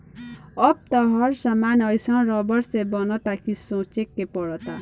अब त हर सामान एइसन रबड़ से बनता कि सोचे के पड़ता